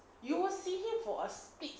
you will see him for a spilt